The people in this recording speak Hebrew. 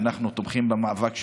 ואנחנו תומכים במאבק שלהם.